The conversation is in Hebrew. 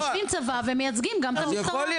הם יושבים מטעם הצבא, ומייצגים גם את המשטרה.